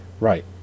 Right